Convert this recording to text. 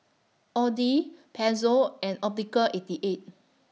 Audi Pezzo and Optical eighty eight